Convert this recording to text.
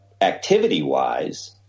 activity-wise